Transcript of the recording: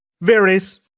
varies